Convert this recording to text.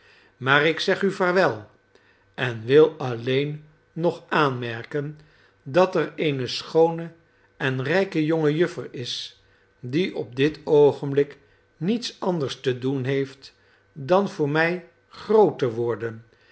maar ik zeg u vaarwel en wil alleen nog aanmerken dat er eene schoone en rijke jonge juffer is die op dit oogenblik niets anders te doen heeft dan voor mij groot te worden